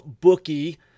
bookie